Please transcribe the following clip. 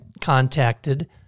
contacted